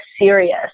serious